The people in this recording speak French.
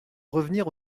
revenir